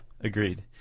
agreed